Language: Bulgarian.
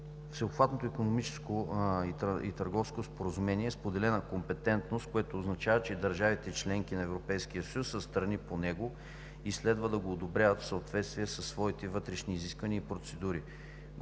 Всеобхватното икономическо и търговско споразумение е от споделена компетентност, което означава, че държавите – членки на Европейския съюз, са страни по него и следва да го одобрят в съответствие със своите вътрешни изисквания и процедури.